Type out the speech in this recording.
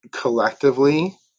collectively